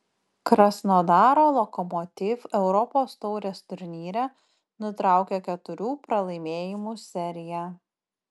krasnodaro lokomotiv europos taurės turnyre nutraukė keturių pralaimėjimų seriją